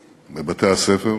בבתי-הספר,